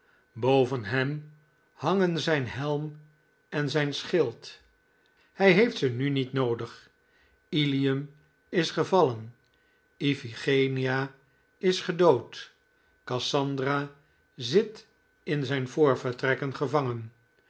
boven hem hangen zijn helm en zijn schild hij heeft ze nu niet noodig ilium is gevallen iphigenia is gedood cassandra zit in zijn voorvertrekken gevangen